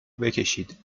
بکشید